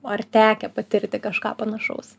ar tekę patirti kažką panašaus